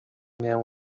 miałam